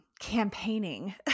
campaigning